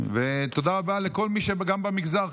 תודה רבה לכל מי שגם במגזר,